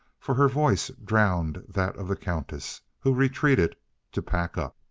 for her voice drowned that of the countess, who retreated to pack up.